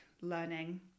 learning